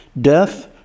death